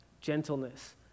gentleness